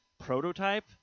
Prototype